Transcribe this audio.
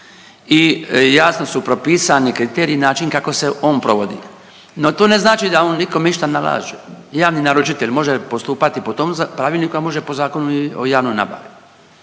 i jasno su propisani kriteriji i način kako se on provodi. No to ne znači da on ikom išta nalaže. Javni naručitelj može postupati po tom pravilniku, a može i po Zakonu o javnoj nabavi.